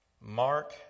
Mark